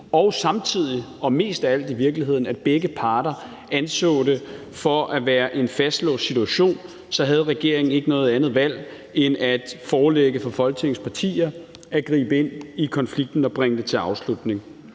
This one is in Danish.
i virkeligheden mest af alt, at begge parter anså det for at være en fastlåst situation, så havde regeringen ikke noget andet valg end at forelægge for Folketingets partier at gribe ind i konflikten og bringe det til afslutning.